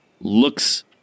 looks